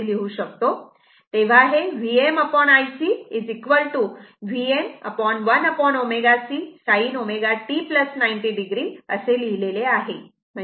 तेव्हा हे VmIC Vm1ω C sin ω t 90 o असे लिहिले आहे